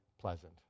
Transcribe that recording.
pleasant